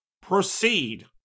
PROCEED